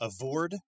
avoid